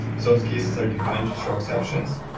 those cases are defined to show exceptions.